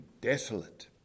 desolate